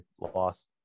lost